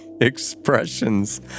expressions